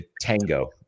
Tango